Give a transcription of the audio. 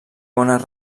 bones